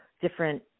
different